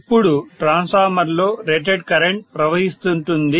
అప్పుడు ట్రాన్స్ఫార్మర్ లో rated current ప్రవహిస్తుంటుంది